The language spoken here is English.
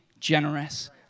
generous